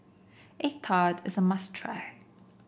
egg tart is a must try